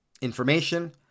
information